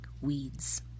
weeds